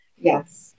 Yes